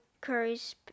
curry's